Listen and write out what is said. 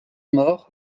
mort